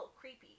creepy